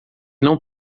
não